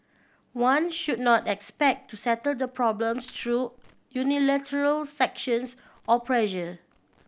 one should not expect to settle the problems through unilateral sanctions or pressure